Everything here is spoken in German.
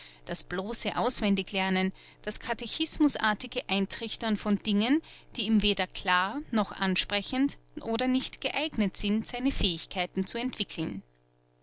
das bloße auswendiglernen das katechismusartige eintrichtern von dingen die ihm weder klar noch ansprechend oder nicht geeignet sind seine fähigkeiten zu entwickeln